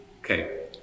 okay